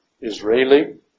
Israeli